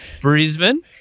Brisbane